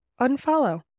unfollow